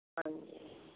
ਹਾਂਜੀ